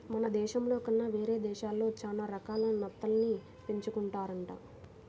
మన దేశంలో కన్నా వేరే దేశాల్లో చానా రకాల నత్తల్ని పెంచుతున్నారంట